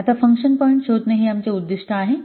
आता function point शोधणे हे आमचे उद्दीष्ट आहे